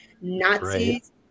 Nazis